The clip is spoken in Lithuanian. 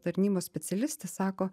tarnybos specialistė sako